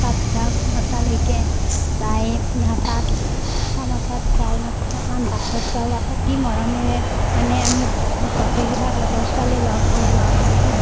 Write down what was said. তাত যাওঁ চামতালৈকে যাই তাত চামতাত যাই মা থা মা বাছত যাওঁ অতি মৰমেৰে মানে আমি বা গোটেইবিলাক লগৰ ছোৱালী লগ হওঁ লগ হৈ